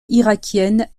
irakienne